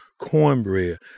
cornbread